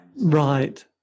right